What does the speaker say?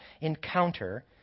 encounter